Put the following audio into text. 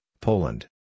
Poland